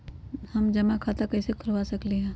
हम जमा खाता कइसे खुलवा सकली ह?